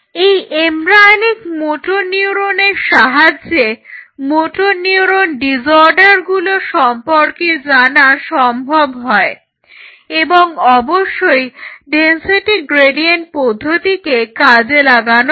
এই embryonic motor নিউরনের সাহায্যে মোটর নিউরন ডিসঅর্ডারগুলো সম্পর্কে জানা সম্ভব হয় এবং অবশ্যই ডেনসিটি গ্রেডিয়েন্ট পদ্ধতিকে কাজে লাগানো হয়